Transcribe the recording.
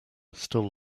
still